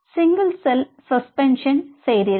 single cell suspension செய்தீர்கள்